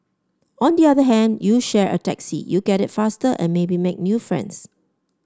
on the other hand you share a taxi you get it faster and maybe make new friends